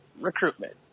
recruitment